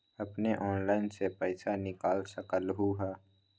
अपने ऑनलाइन से पईसा निकाल सकलहु ह?